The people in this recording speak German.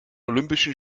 olympischen